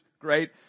great